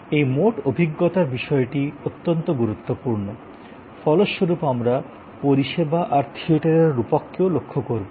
এই মোট অভিজ্ঞতার বিষয়টি অত্যন্ত গুরুত্বপূর্ণ ফলস্বরূপ আমরা পরিষেবা আর থিয়েটারের রূপককেও লক্ষ্য করবো